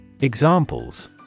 Examples